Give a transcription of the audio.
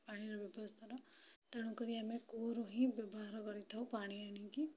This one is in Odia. ପାଣିର ବ୍ୟବସ୍ଥାର ତେଣୁକରି ଆମେ କୂଅରୁ ହିଁ ବ୍ୟବହାର କରିଥାଉ ପାଣି ଆଣିକି